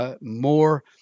more